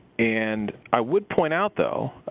and i would point out though,